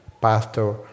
Pastor